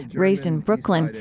raised in brooklyn,